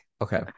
Okay